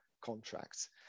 contracts